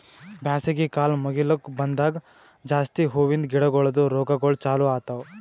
ಬ್ಯಾಸಗಿ ಕಾಲ್ ಮುಗಿಲುಕ್ ಬಂದಂಗ್ ಜಾಸ್ತಿ ಹೂವಿಂದ ಗಿಡಗೊಳ್ದು ರೋಗಗೊಳ್ ಚಾಲೂ ಆತವ್